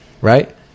right